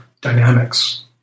dynamics